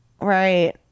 Right